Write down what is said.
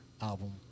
album